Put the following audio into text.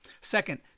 Second